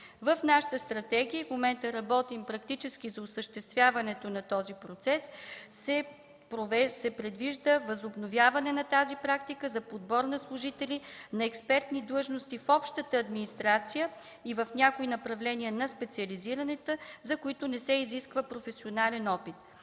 В нашата стратегия – в момента работим практически за осъществяването на този процес – се предвижда възобновяване на тази практика за подбор на служители на експертни длъжности в общата администрация и в някои направления на специализираната, за които не се изисква професионален опит.